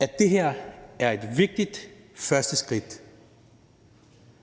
at det her er et vigtigt første skridt,